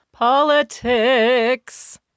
Politics